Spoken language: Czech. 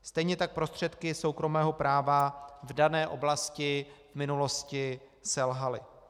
Stejně tak prostředky soukromého práva v dané oblasti v minulosti selhaly.